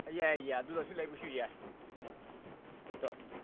ꯌꯥꯏ ꯌꯥꯏ ꯑꯗꯨꯗꯁꯨ ꯂꯩꯕꯁꯨ ꯌꯥꯏ ꯎꯝ ꯇꯣ